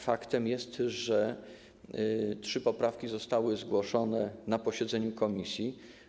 Faktem jest, że trzy poprawki zostały zgłoszone na posiedzeniu komisji.